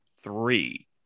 three